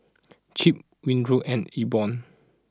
Chip Winthrop and E born